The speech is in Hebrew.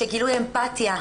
של גילוי אמפתיה,